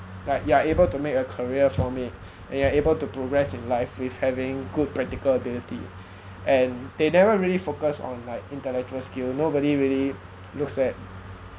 like you are able to make a career from it and you're able to progress in life with having good practical ability and they never really focus on like intellectual skill nobody really looks at